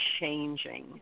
changing